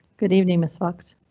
good evening, ms fox.